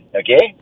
okay